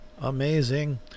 Amazing